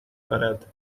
کند